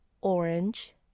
orange